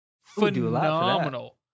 phenomenal